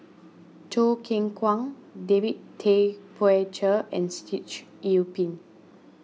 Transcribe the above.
Choo Keng Kwang David Tay Poey Cher and Sitoh Yih Pin